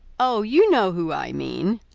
oh! you know who i mean.